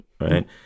Right